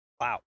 wow